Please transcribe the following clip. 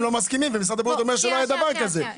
לא מסכימים ומשרד הבריאות אומר שלא היה דבר כזה.